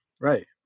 Right